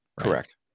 Correct